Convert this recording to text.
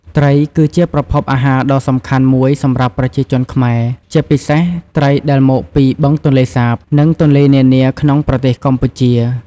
ត្រីគឺជាប្រភពអាហារដ៏សំខាន់មួយសម្រាប់ប្រជាជនខ្មែរ ជាពិសេសត្រីដែលមកពីបឹងទន្លេសាប និងទន្លេនានាក្នុងប្រទេសកម្ពុជា។